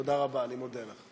תודה רבה, אני מודה לך.